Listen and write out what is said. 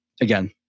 again